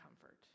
comfort